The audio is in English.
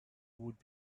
would